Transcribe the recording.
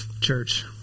church